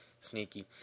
sneaky